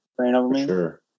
sure